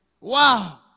Wow